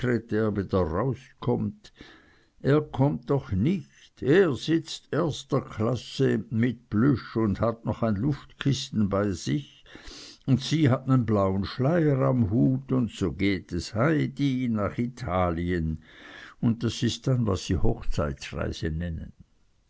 rauskommt er kommt doch nich er sitzt erster klasse mit plüsch un hat noch ein luftkissen bei sich un sie hat nen blauen schleier an n hut und so geht es heidi nach italien un das is denn was sie hochzeitsreise nennen